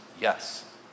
Yes